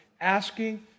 asking